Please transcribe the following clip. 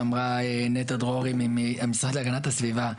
שאמרה נטע דרורי מהמשרד להגנת הסביבה,